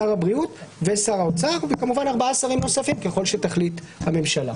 שר הבריאות ושר האוצר וכמובן ארבעה שרים נוספים ככל שתחליט הממשלה.